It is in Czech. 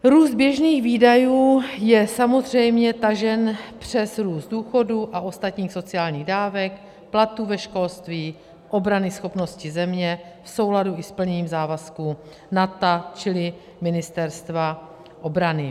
Růst běžných výdajů je samozřejmě tažen přes růst důchodů a ostatních sociálních dávek, platů ve školství, obranyschopnosti země v souladu s plněním závazků NATO, čili Ministerstva obrany.